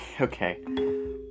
Okay